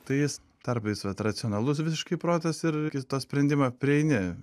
ta is tarpais vat racionalus visiškai protas ir iki to sprendimo prieini